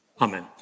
Amen